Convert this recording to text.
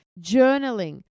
journaling